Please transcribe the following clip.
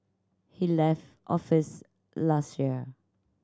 he left office last year